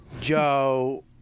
Joe